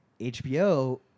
HBO